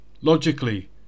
Logically